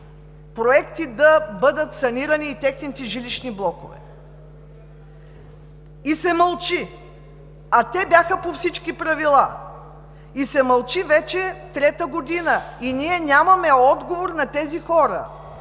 проекти, за да бъдат санирани и техните жилищни блокове, но се мълчи, а те бяха по всички правила. Мълчи се вече трета година и няма отговор за тези хора.